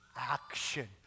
action